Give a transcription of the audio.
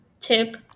tip